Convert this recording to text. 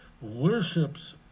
worships